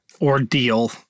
ordeal